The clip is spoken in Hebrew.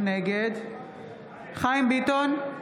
נגד חיים ביטון,